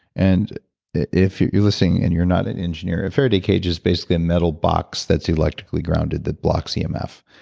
and if you're you're listening and you're not an engineer, a faraday cage is basically a metal box that's electrically grounded that blocks yeah emf.